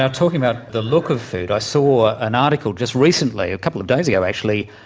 ah talking about the look of food, i saw an article just recently, a couple of days ago actually,